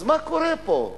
אז מה קורה פה?